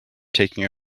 taking